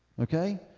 Okay